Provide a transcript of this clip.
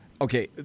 Okay